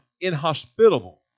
inhospitable